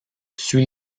suit